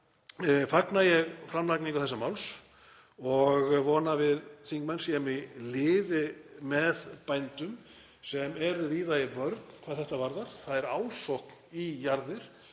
fagna ég framlagningu þessa máls og vona að við þingmenn séum í liði með bændum sem eru víða í vörn hvað þetta varðar. Það er ásókn í jarðir